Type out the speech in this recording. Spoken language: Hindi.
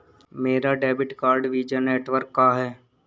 मेरा डेबिट कार्ड वीज़ा नेटवर्क का है